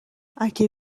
اگه